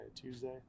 Tuesday